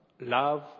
Love